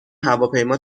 هواپیما